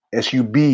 sub